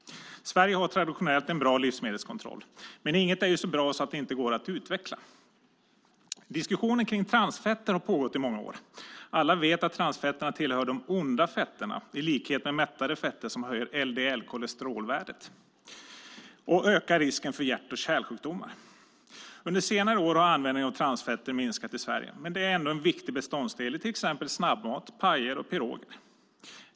Sverige har traditionellt en bra livsmedelskontroll, men inget är ju så bra så att det inte går att utveckla. Diskussionen kring transfetter har pågått i många år. Alla vet att transfetterna tillhör de "onda" fetterna i likhet med mättade fetter som höjer LDL-kolesterolvärdet och ökar risken för hjärt och kärlsjukdomar. Under senare år har användningen av transfetter minskat i Sverige, men det är ändå en viktig beståndsdel i till exempel snabbmat, pajer och piroger.